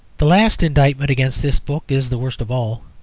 the last indictment against this book is the worst of all.